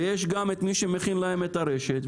ויש גם את מי שמכין להם את הרשת,